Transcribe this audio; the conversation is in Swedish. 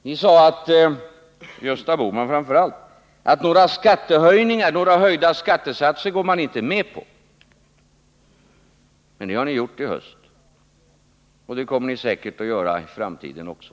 Framför allt Gösta Bohman sade att moderaterna inte skulle gå med på några höjda skattesatser. Men det har ni gjort i höst, och det kommer ni säkert att göra i framtiden också.